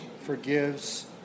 forgives